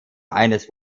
eines